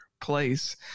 place